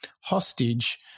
hostage